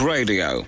Radio